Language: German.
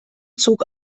zog